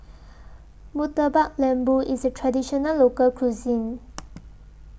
Murtabak Lembu IS A Traditional Local Cuisine